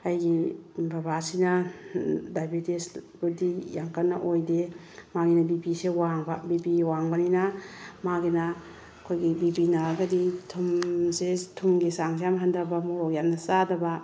ꯑꯩꯒꯤ ꯕꯕꯥꯁꯤꯅ ꯗꯥꯏꯕꯦꯇꯤꯁ ꯄꯨꯗꯤ ꯌꯥꯝ ꯀꯟꯅ ꯑꯣꯏꯗꯦ ꯃꯥꯒꯤꯅ ꯕꯤ ꯄꯤꯁꯦ ꯋꯥꯡꯕ ꯕꯤ ꯄꯤ ꯋꯥꯡꯕꯅꯤꯅ ꯃꯥꯒꯤꯅ ꯑꯩꯈꯣꯏꯒꯤ ꯕꯤ ꯄꯤ ꯅꯥꯔꯒꯤꯗ ꯊꯨꯝꯁꯦ ꯊꯨꯝꯒꯤ ꯆꯥꯡꯁꯦ ꯌꯥꯝ ꯍꯟꯊꯕ ꯃꯣꯔꯣꯛ ꯌꯥꯝꯅ ꯆꯥꯗꯕ